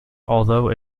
although